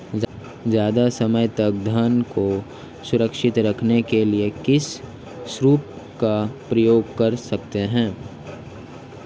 ज़्यादा समय तक धान को सुरक्षित रखने के लिए किस स्प्रे का प्रयोग कर सकते हैं?